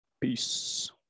Peace